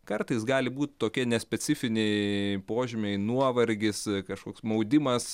kartais gali būt tokie nespecifiniai požymiai nuovargis kažkoks maudimas